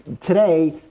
today